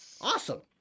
Awesome